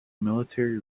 military